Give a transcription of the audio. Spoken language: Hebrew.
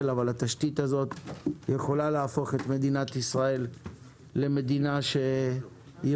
אבל התשתית הזאת יכולה להפוך את מדינת ישראל למדינה שהיא